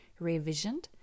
Revisioned